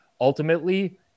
ultimately